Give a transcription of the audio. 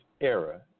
era